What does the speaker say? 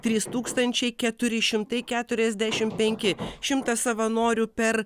trys tūkstančiai keturi šimtai keturiasdešim penki šimtas savanorių per